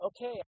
Okay